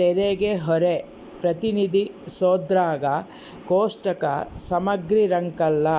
ತೆರಿಗೆಹೊರೆ ಪ್ರತಿನಿಧಿಸೋದ್ರಾಗ ಕೋಷ್ಟಕ ಸಮಗ್ರಿರಂಕಲ್ಲ